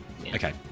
Okay